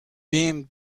beam